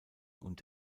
und